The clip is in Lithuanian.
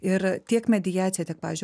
ir tiek mediacija tiek pavyzdžiui